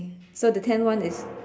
so the tenth one is